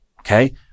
Okay